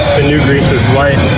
new grease is light.